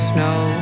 Snow